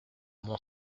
mon